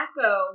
Echo